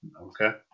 Okay